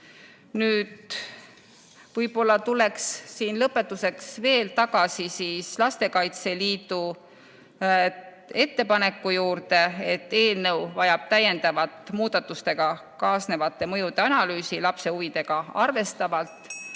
Nüüd, võib-olla tuleksin lõpetuseks veel tagasi Lastekaitse Liidu ettepaneku juurde, et eelnõu vajab täiendavat muudatustega kaasnevate mõjude analüüsi lapse huvidega arvestavalt.